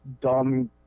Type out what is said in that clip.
dumb